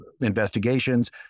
investigations